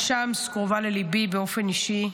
מג'דל שמס קרובה לליבי באופן אישי.